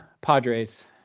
Padres